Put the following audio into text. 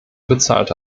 bezahlte